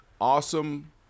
awesome